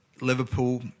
Liverpool